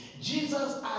Jesus